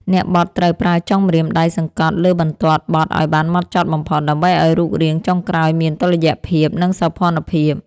អ្នកបត់ត្រូវប្រើចុងម្រាមដៃសង្កត់លើបន្ទាត់បត់ឱ្យបានហ្មត់ចត់បំផុត ដើម្បីឱ្យរូបរាងចុងក្រោយមានតុល្យភាព និងសោភ័ណភាព។